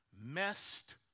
messed